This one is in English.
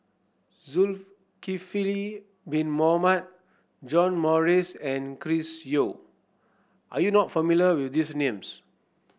Zulkifli Bin Mohamed John Morrice and Chris Yeo are you not familiar with these names